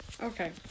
Okay